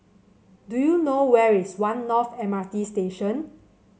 do you know where is One North M R T Station